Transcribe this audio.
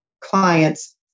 clients